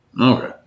Okay